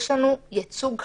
יש לנו ייצוג חסר.